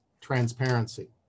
transparency